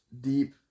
deep